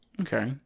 okay